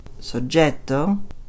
soggetto